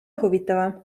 huvitavam